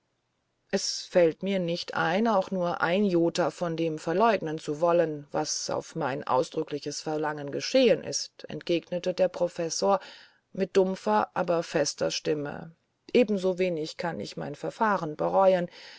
es fällt mir nicht ein auch nur ein jota von dem verleugnen zu wollen was auf mein ausdrückliches verlangen geschehen ist entgegnete der professor mit dumpfer aber fester stimme ebensowenig kann ich mein verfahren bereuen